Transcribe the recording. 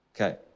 Okay